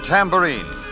Tambourine